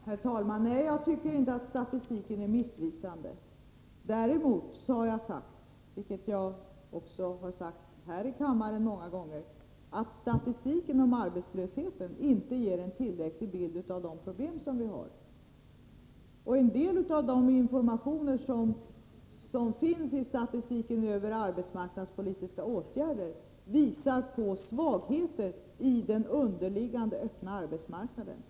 Herr talman! Nej, jag tycker inte att statistiken är missvisande. Däremot - har jag sagt — det har jag gjort många gånger också här i kammaren — att statistiken över arbetslösheten inte ger en tillräcklig bild av de problem vi har. En del av de informationer som finns i statistiken över arbetsmarknadspolitiska åtgärder visar på svagheter i den underliggande öppna arbetsmarknaden.